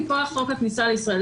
מכוח חוק הכניסה לישראל.